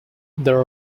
there